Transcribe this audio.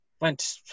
went